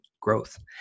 growth